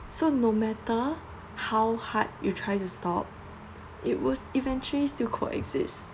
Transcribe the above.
so no matter how hard you try to stop it was eventually still coexist